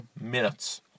minutes